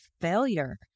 failure